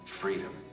freedom